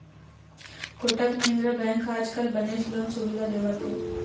Kotak Mahindra bank ह आजकाल बनेच लोन सुबिधा देवत हे